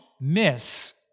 miss